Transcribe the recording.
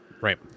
Right